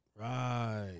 Right